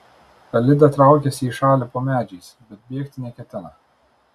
elida traukiasi į šalį po medžiais bet bėgti neketina